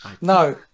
No